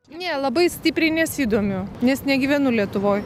ne labai stipriai nesidomiu nes negyvenu lietuvoj